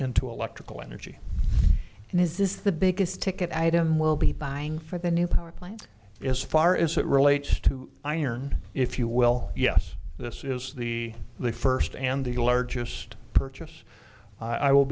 into electrical energy and this is the biggest ticket item will be buying for the new power plants as far as it relates to iron if you will yes this is the the first and the largest purchase i will